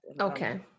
Okay